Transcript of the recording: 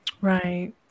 Right